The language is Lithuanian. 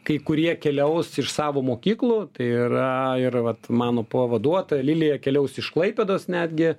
kai kurie keliaus iš savo mokyklų tai yra ir vat mano pavaduotoja lilija keliaus iš klaipėdos netgi